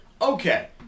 okay